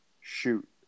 Shoot